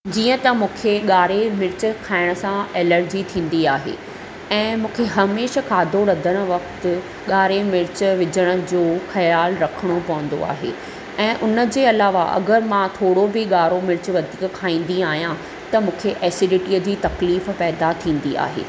जीअं त मूंखे ॻाढ़े मिर्चु खाइणु सां एलर्जी थींदी आहे ऐं मूंखे हमेशह खाधो रधणु वक़्तु ॻाढ़े मिर्चु विझणु जो ख़्यालु रखिणो पवंदो आहे ऐं हुन जे अलावा अॻरि मां थोरो बि ॻाढ़ो मिर्चु वधीक खाईंदी आहियां त मूंखे ऐसिडिटीअ जी तकलीफ़ पैदा थींदी आहे